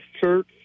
Church